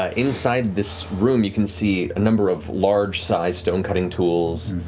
ah inside this room, you can see a number of large-sized stone cutting tools.